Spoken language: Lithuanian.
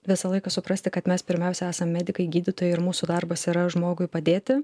visą laiką suprasti kad mes pirmiausia esam medikai gydytojai ir mūsų darbas yra žmogui padėti